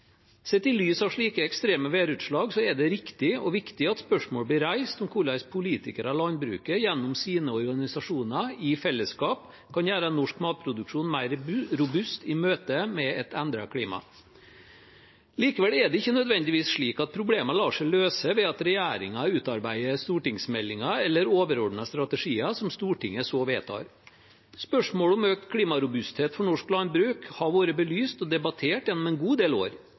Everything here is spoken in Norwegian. Sett i lys av slike ekstreme værutslag er det riktig og viktig at spørsmålet blir reist om hvordan politikere og landbruket gjennom sine organisasjoner i fellesskap kan gjøre norsk matproduksjon mer robust i møte med et endret klima. Likevel er det ikke nødvendigvis slik at problemene lar seg løse ved at regjeringen utarbeider stortingsmeldinger eller overordnede strategier som Stortinget så vedtar. Spørsmålet om økt klimarobusthet for norsk landbruk har vært belyst og debattert gjennom en god del år,